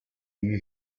you